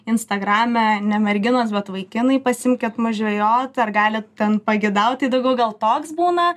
instagrame ne merginos bet vaikinai pasiimkit mus žvejot ar galit ten pagidaut tai daugiau gal toks būna